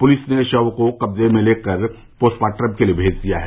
police ने शव को कब्जे में लेकर पोस्टमार्टम के लिए भेज दिया है